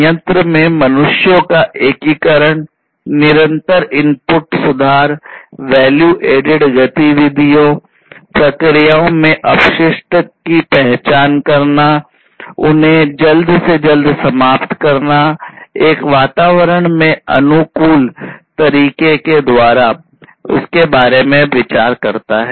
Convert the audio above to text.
संयंत्र में मनुष्यों का एकीकरण निरंतर इनपुट सुधार वैल्यू ऐडेड गतिविधियों प्रक्रियाओं में अपशिष्ट की पहचान करना और उन्हें जल्द से जल्द समाप्त करना एक वातावरण के अनुकूल तरीके के द्वारा के बारे में विचार करता है